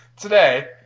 Today